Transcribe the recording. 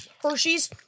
Hershey's